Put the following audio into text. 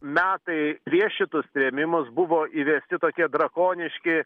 metai prieš šitus trėmimus buvo įvesti tokie drakoniški